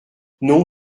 non